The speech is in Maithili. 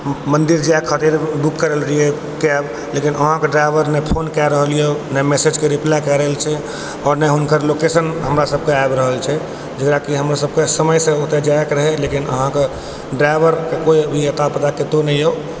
मन्दिर जाइ खातिर बुक करल रहियै कैब लेकिन अहाँके ड्राइवर ने फोन कए रहल यऽ ने मैसेजके रिप्लाई कए रहल छै आओर ने हुनकर लोकेशन हमरा सबके आबि रहल छै कियाकि हमर सबके समयसँ ओतय जाइ के रहै लेकिन अहाँके ड्राइवरके कोई अभी अता पता कतौ ने यऽ